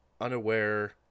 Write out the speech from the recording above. unaware